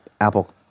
Apple